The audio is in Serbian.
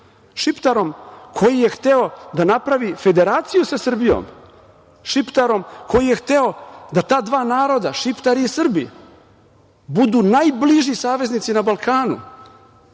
Šiptarom koji je hteo da napravi federaciju sa Srbijom, Šiptarom koji je hteo da ta dva naroda Šiptari i Srbi budu najbliži saveznici na Balkanu. Hoću